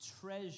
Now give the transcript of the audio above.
treasure